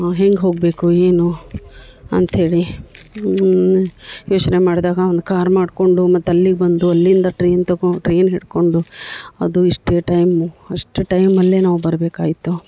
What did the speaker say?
ಹೆಂಗೆ ಹೋಗಬೇಕು ಏನು ಅಂತ ಹೇಳಿ ಯೋಚನೆ ಮಾಡಿದಾಗ ಒಂದು ಕಾರ್ ಮಾಡಿಕೊಂಡು ಮತ್ತು ಅಲ್ಲಿಗೆ ಬಂದು ಅಲ್ಲಿಂದ ಟ್ರೈನ್ ತಗೋ ಟ್ರೈನ್ ಹಿಡ್ಕೊಂಡು ಅದು ಇಷ್ಟೇ ಟೈಮು ಅಷ್ಟು ಟೈಮಲ್ಲೇ ನಾವು ಬರಬೇಕಾಯ್ತು